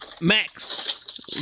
max